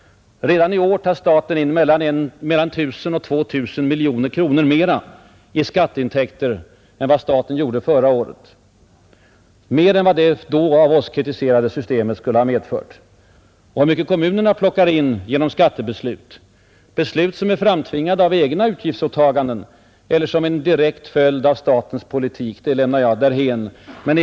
Redan i år tar staten in mellan 1 000 och 2 000 miljoner kronor mera i skatteintäkter än vad det tidigare, av oss kritiserade systemet skulle ha medfört. Hur mycket kommunerna plockar in genom skattebeslut, framtvingade av egna utgiftsåtaganden eller som en direkt följd av den statliga politiken, lämnar jag därhän.